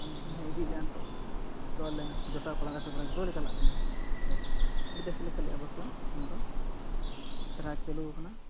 ᱠᱷᱟᱱ ᱩᱱᱤ ᱦᱚᱸᱭ ᱤᱫᱤᱭᱮᱫ ᱞᱮᱭᱟ ᱱᱤᱛᱳᱜ ᱡᱷᱚᱛᱚ ᱟᱞᱮ ᱡᱚᱴᱟᱣ ᱠᱚᱲᱟ ᱜᱟᱛᱮ ᱠᱚᱲᱟ ᱡᱷᱚᱛᱚ ᱜᱮᱞᱮ ᱪᱟᱞᱟᱜ ᱠᱟᱱᱟ ᱠᱷᱮᱞ ᱟᱹᱰᱤ ᱵᱮᱥᱞᱮ ᱠᱷᱮᱞᱮᱜᱼᱟ ᱟᱵᱚᱥᱥᱚ ᱠᱷᱮᱞ ᱫᱚ ᱠᱷᱩᱵᱽ ᱪᱮᱦᱨᱟ ᱪᱟᱹᱞᱩᱣ ᱟᱠᱟᱱᱟ